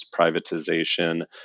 privatization